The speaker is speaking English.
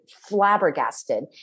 flabbergasted